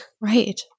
Right